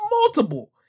multiple